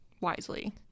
wisely